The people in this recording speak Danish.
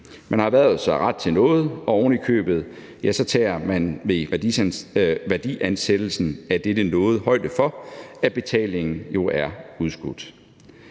Man har erhvervet sig ret til noget, og ovenikøbet tager man ved værdiansættelsen af dette noget højde for, at betalingen jo er udskudt.